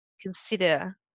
consider